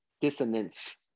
dissonance